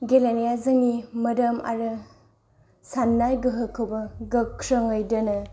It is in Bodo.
गेलेनाया जोंनि मोदोम आरो साननाय गोहोखौबो गोख्रोङै दोनो